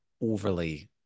overly